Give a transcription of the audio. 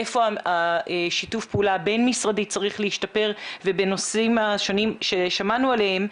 איפה שיתוף הפעולה הבין-משרדי צריך להשתפר בנושאים השונים ששמענו עליהם?